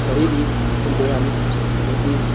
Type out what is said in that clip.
ਸਹੀ ਵੀ ਹੁੰਦੇ ਹਨ ਕਿਉਂਕਿ